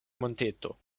monteto